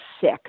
sick